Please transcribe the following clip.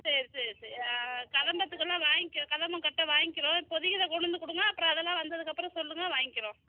சரி சரி சரி ஆ கதம்பத்துக்குலாம் வாங்கி கதம்பம் கட்ட வாங்கிக்குறோம் இப்போதிக்கு இதை கொண்டு வந்து கொடுங்க அப்புறம் அதெல்லாம் வந்துக்கு அப்புறம் சொல்லுங்கள் வாங்கிக்குறோம்